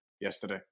yesterday